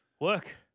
Work